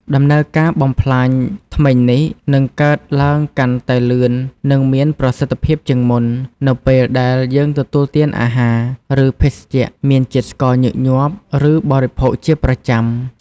ដំណើរការបំផ្លាញធ្មេញនេះនឹងកើតឡើងកាន់តែលឿននិងមានប្រសិទ្ធភាពជាងមុន នៅពេលដែលយើងទទួលទានអាហារ ឬភេសជ្ជៈមានជាតិស្ករញឹកញាប់ ឬបរិភោគជាប្រចាំ។